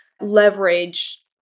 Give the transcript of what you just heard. leverage